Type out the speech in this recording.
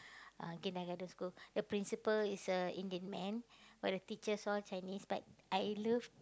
uh kindergarten school the principal is a Indian man but the teachers all Chinese but I love